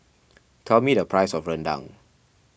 tell me the price of Rendang